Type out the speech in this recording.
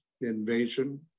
invasion